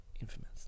Infamous